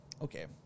Okay